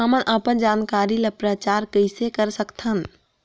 हमन अपन जानकारी ल प्रचार कइसे कर सकथन?